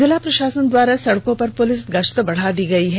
जिला प्रषासन द्वारा सड़कों पर पुलिस गष्त बढ़ा दी गई है